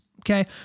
Okay